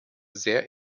sehr